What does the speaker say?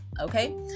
okay